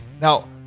Now